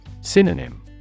Synonym